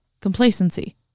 complacency